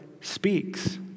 speaks